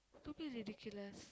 don't be ridiculous